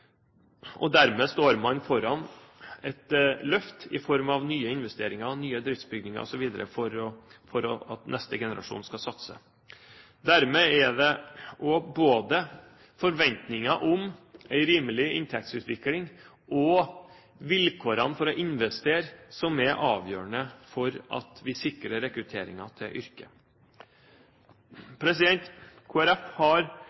Dermed står man foran et løft i form av nye investeringer, nye driftsbygninger osv., for at neste generasjon skal satse. Dermed er det også både forventninger om en rimelig inntektsutvikling og vilkårene for å investere som er avgjørende for at vi sikrer rekrutteringen til yrket. Kristelig Folkeparti har